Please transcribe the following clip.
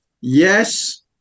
Yes